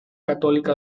católica